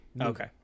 Okay